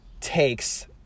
takes